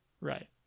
right